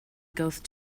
ghost